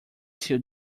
till